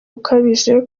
ukabije